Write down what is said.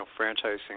franchising